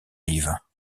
lives